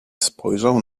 spojrzał